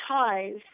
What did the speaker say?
ties